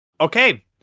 Okay